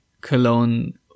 Cologne